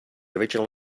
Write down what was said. original